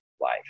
life